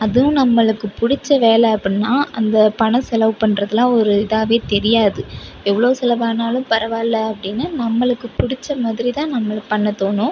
அதுவும் நம்மளுக்கு பிடிச்ச வேலை அப்படினா அந்த பணம் செலவு பண்ணுறதுலாம் ஒரு இதாகவே தெரியாது எவ்வளோ செலவானாலும் பரவாயில்ல அப்படின்னு நம்மளுக்கு பிடிச்ச மாதிரி தான் நம்மளுக்கு பண்ண தோணும்